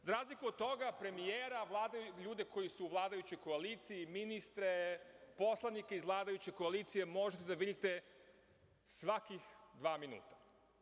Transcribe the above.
Za razliku od toga, premijera, ljudi koji su u vladajućoj koaliciji, ministre, poslanike iz vladajuće koalicije možete da vidite svaka dva minuta.